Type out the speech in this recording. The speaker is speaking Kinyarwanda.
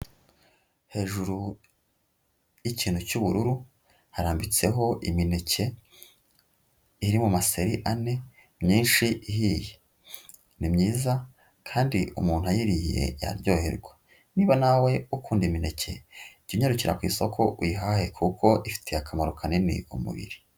Hejuru y'ikintu cy'ubururu, harambitseho imineke iri mu maseri ane, myinshi ihiye. Ni myiza kandi umuntu ayiriye yaryoherwa. Niba nawe ukunda imineke, jya unyarukira ku isoko, uyihahe kuko ifiti akamaro kanini umubiri.